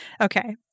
Okay